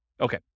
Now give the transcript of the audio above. Okay